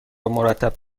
مرتب